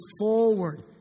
forward